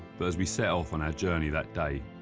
but as we set off on our journey that day,